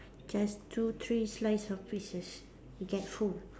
just two three slice of pieces you get full